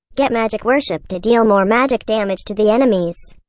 get magic worship to deal more magic damage to the enemies.